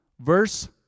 Verse